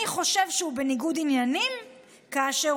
אני חושב שהוא בניגוד עניינים כאשר